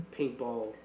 Paintball